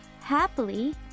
happily